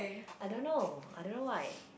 I don't know I don't know why